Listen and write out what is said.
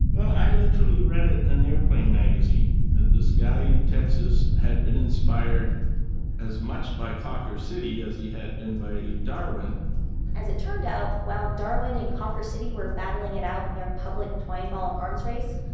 i literally read it in an airplane magazine, that this guy in texas had been inspired as much by cawker city as he had been by darwin as it turned out, while darwin and cawker city were batting it out in their public twine ball arms race,